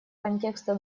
контекста